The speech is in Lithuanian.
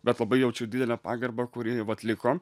bet labai jaučiu didelę pagarbą kur ji vat liko